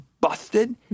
busted